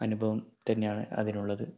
അനുഭവം തന്നെയാണ് അതിനുള്ളത്